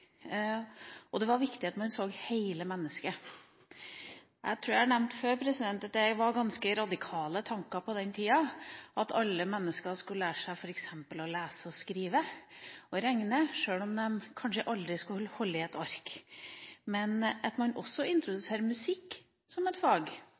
og det var viktig at man så hele mennesket. Jeg tror jeg har nevnt det før, at det var ganske radikale tanker på den tida det at alle mennesker skulle lære seg f.eks. å lese og skrive og regne, sjøl om de kanskje aldri skulle holde i et ark. Men det at man også